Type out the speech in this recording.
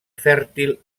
fèrtil